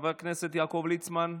חבר הכנסת יעקב ליצמן,